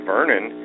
Vernon